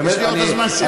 יש לו עוד זמן, מה זה.